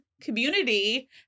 community